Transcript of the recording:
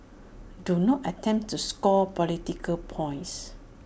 do not attempt to score political points